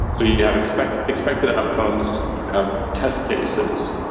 so you have expected expected outcomes. you have test cases.